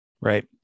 Right